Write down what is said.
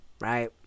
right